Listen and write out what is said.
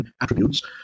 attributes